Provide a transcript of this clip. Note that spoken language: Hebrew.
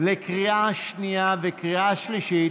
לקריאה שנייה וקריאה שלישית.